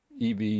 EV